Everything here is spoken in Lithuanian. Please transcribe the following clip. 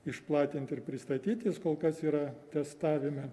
išplatinti ir pristatyti jis kol kas yra testavime